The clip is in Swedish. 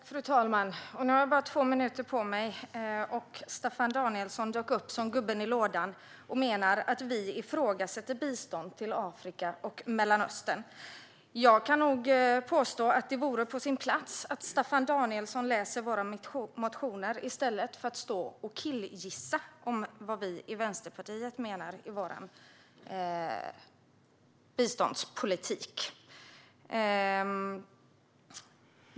Fru talman! Nu har jag bara två minuter på mig, och Staffan Danielsson dök upp som gubben i lådan och menade att vi ifrågasätter bistånd till Afrika och Mellanöstern. Jag kan nog påstå att det vore på sin plats att Staffan Danielsson läser våra motioner i stället för att stå och killgissa vad vi i Vänsterpartiet menar i vår biståndspolitik.